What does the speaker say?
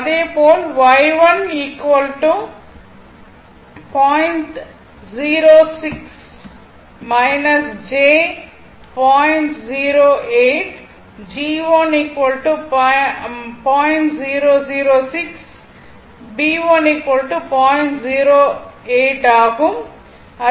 அதேபோல் Y1 0